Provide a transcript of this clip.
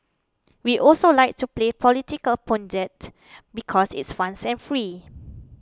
we also like to play political pundit because it's fun and free